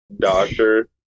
doctor